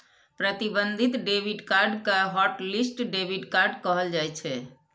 प्रतिबंधित debit card कें hotlist debit card कहल जाइ छै